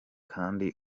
kandi